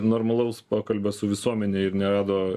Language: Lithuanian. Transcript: normalaus pokalbio su visuomene ir nerado